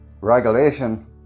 regulation